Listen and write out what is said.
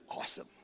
awesome